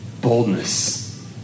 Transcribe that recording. boldness